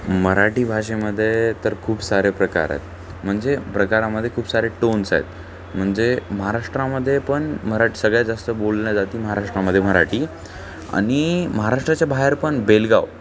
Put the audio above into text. मराठी भाषेमध्ये तर खूप सारे प्रकार आहेत म्हणजे प्रकारामध्ये खूप सारे टोन्स आहेत म्हणजे महाराष्ट्रामध्ये पण मराठी सगळ्यात जास्त बोलण्यात जाते महाराष्ट्रामध्ये मराठी आणि महाराष्ट्राच्या बाहेर पण बेळगावी